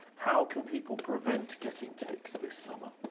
how can people prevent getting tics this summer?